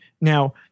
Now